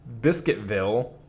Biscuitville